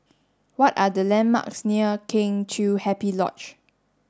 what are the landmarks near Kheng Chiu Happy Lodge